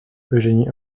eugénie